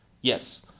Yes